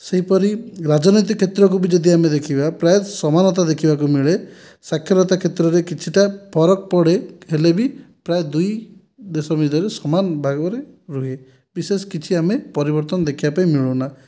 ସେହିପରି ରାଜନୀତି କ୍ଷେତ୍ରରେ ଯଦି ଆମେ ଦେଖିବା ପ୍ରାୟ ସମାନତା ଦେଖିବାକୁ ମିଳେ ସାକ୍ଷରତା କ୍ଷେତ୍ରରେ କିଛିଟା ଫରକ ପଡ଼େ ହେଲେ ବି ପ୍ରାୟ ଦୁଇ ଦେଶ ଭିତରେ ସମାନ ଭାବରେ ରୁହେ ବିଶେଷ କିଛି ଆମେ ପରିଵର୍ତ୍ତନ ଦେଖିବାକୁ ମିଳୁନା